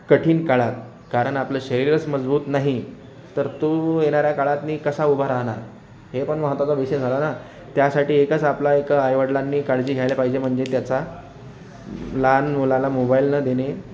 कठीण काळात कारण आपलं शरीरच मजबूत नाही तर तो येणाऱ्या काळातून कसा उभा राहणार हे पण महत्वाचा विषय झाला ना त्यासाठी एकच आपला आहे का आईवडिलांनी काळजी घ्यायला पाहिजे म्हणजे त्याचा लहान मुलाला मोबाइल न देणे